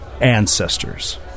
ancestors